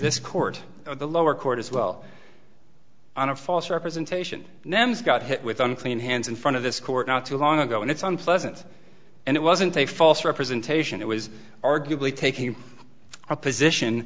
this court the lower court as well on a false representation nems got hit with unclean hands in front of this court not too long ago and it's unpleasant and it wasn't a false representation it was arguably taking a position